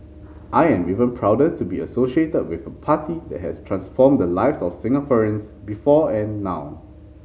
I am even prouder to be associated with a party that has transformed the lives of Singaporeans before and now